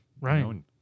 Right